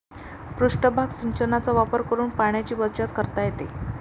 पृष्ठभाग सिंचनाचा वापर करून पाण्याची बचत करता येते